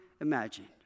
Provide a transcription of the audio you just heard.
imagined